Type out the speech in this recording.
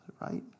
right